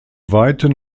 weiten